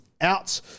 out